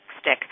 stick